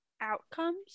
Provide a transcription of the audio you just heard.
Outcomes